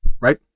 right